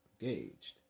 engaged